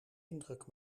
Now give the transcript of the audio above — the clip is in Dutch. indruk